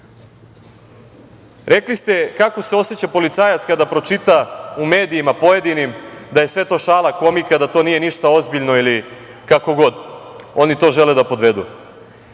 rekli ste kako se oseća policajac kada pročita u medijima pojedinim da je sve to šala, komika, da to nije ništa ozbiljno ili kako god. Oni to žele da podvedu.